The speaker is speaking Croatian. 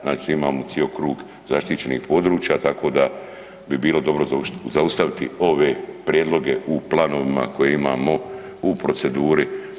Znači, imamo cijeli krug zaštićenih područja tako da bi bilo dobro zaustaviti ove prijedloge u planovima koje imamo u proceduri.